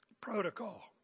protocol